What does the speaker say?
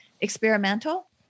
experimental